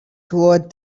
toward